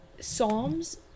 psalms